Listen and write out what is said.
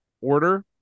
order